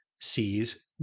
sees